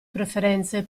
preferenze